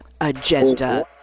agenda